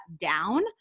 down